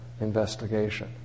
investigation